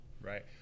Right